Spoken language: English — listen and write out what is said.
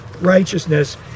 righteousness